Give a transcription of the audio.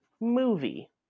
movie